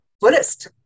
Buddhist